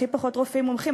הכי פחות רופאים מומחים,